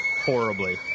horribly